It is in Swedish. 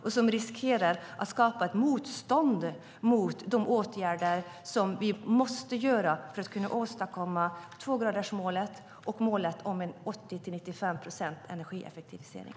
Det riskerar att skapa ett motstånd mot de åtgärder som vi måste vidta för att uppnå tvågradersmålet och målet om 80-95 procents energieffektivisering.